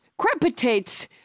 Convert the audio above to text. crepitates